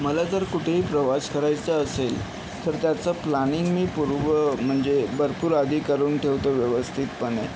मला जर का कुठेही प्रवास करायचा असेल तर त्याचं प्लानिंग मी पूर्व म्हणजे भरपूर आधी करून ठेवतो व्यवस्थितपणे